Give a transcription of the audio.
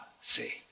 see